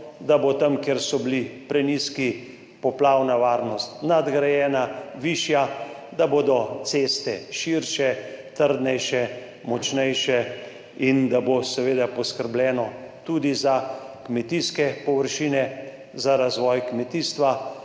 da bo tam, kjer so bili prenizki, poplavna varnost nadgrajena, višja, da bodo ceste širše, trdnejše, močnejše in da bo seveda poskrbljeno tudi za kmetijske površine, za razvoj kmetijstva,